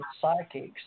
psychics